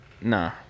nah